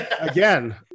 again